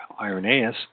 Irenaeus